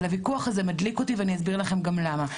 אבל הוויכוח הזה מדליק אותי, ואסביר לכם גם למה.